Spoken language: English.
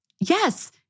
Yes